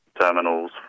terminals